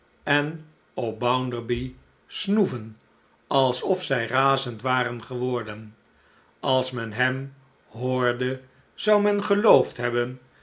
en op bounderby snoeven alsof zij razend waren geworden alsmenhemhoorde zou men geloofd hebben